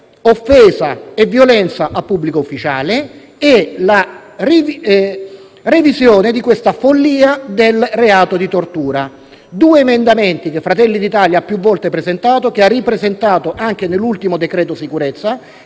offesa e violenza a pubblico ufficiale e la revisione di questa follia del reato di tortura: sono oggetto di due emendamenti che Fratelli d'Italia ha più volte presentato e che ha ripresentato anche nell'ultimo decreto-legge sicurezza